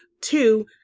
two